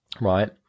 right